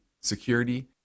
security